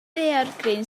daeargryn